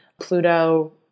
Pluto